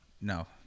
no